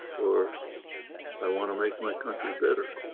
or i want to make my country better.